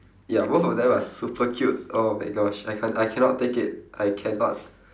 ya both of them are super cute oh my gosh I can't I cannot take it I cannot